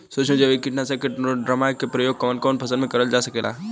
सुक्ष्म जैविक कीट नाशक ट्राइकोडर्मा क प्रयोग कवन कवन फसल पर करल जा सकेला?